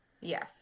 yes